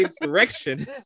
direction